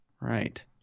Right